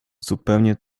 zupełnie